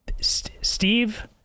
Steve